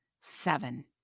seven